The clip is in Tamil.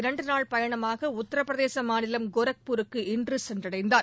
இரண்டு நாள் பயணமாக உத்தரப்பிரதேச மாநிலம் கோரக்பூருக்கு இன்று சென்றடைந்தார்